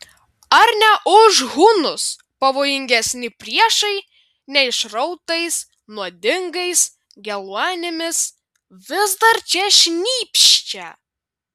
ar ne už hunus pavojingesni priešai neišrautais nuodingais geluonimis vis dar čia šnypščia